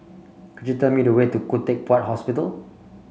could you tell me the way to Khoo Teck Puat Hospital